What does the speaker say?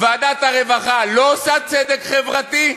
ועדת הרווחה לא עושה צדק חברתי?